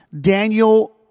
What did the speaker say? Daniel